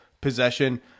possession